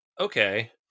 okay